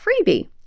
freebie